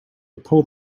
pull